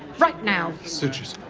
right now. suit